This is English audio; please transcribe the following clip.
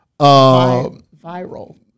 Viral